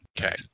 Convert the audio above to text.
Okay